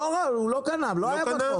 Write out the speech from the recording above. לא, הוא לא קנה, לא היה בחוק.